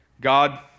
God